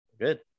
Good